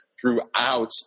throughout